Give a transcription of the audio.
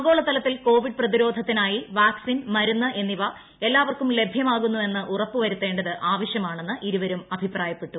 ആഗോളതലത്തിൽ കോവിഡ് പ്രതിരോധത്തിനായി വാക്സിൻ മരുന്ന് എന്നിവ എല്ലാവർക്കും ലഭ്യമാകുന്നു എന്ന് ഉറപ്പുവരുത്തേണ്ടത് ആവശ്യമാണെന്ന് ഇരുവരും അഭിപ്രായപ്പെട്ടു